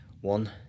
One